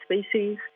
species